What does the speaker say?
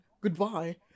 Goodbye